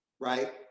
Right